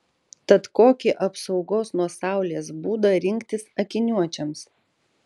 tad kokį apsaugos nuo saulės būdą rinktis akiniuočiams